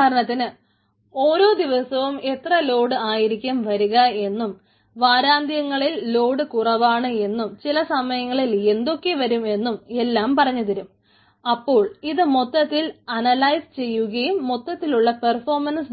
ഉദാഹരണത്തിന് ഓരോ ദിവസവും എത്ര ലോഡ്